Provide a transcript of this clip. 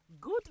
Good